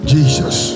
Jesus